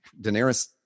Daenerys